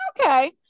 okay